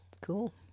Cool